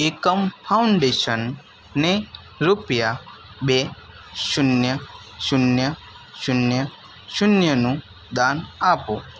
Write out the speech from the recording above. એકમ ફાઉન્ડેશનને રૂપિયા બે શૂન્ય શૂન્ય શૂન્ય શૂન્યનું દાન આપો